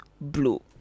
blue